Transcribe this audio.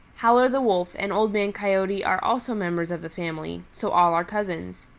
howler the wolf and old man coyote are also members of the family, so all are cousins.